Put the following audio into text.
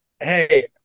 Hey